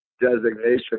designation